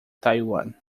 taiwan